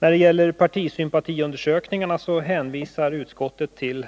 När det gäller partisympatiundersökningarna hänvisar utskottet till